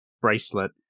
bracelet